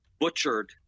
butchered